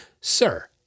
Sir